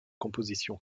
compositions